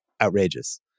outrageous